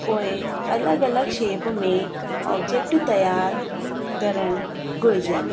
पोइ अलॻि अलॻि शेप में ऑब्जैक्ट तयारु करणु घुरिजनि